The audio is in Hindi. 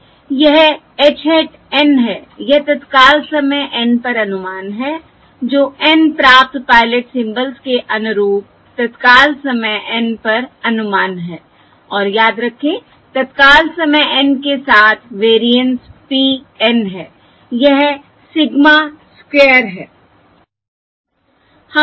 यह h hat N है यह तत्काल समय N पर अनुमान है जो N प्राप्त पायलट सिंबल्स के अनुरूप तत्काल समय N पर अनुमान है और याद रखें तत्काल समय N के साथ वेरिएंस p N है यह सिग्मा स्क्वायर है